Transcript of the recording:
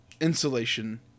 Insulation